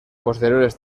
posteriores